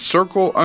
Circle